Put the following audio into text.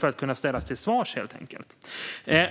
för att kunna ställas till svars. Fru talman!